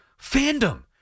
fandom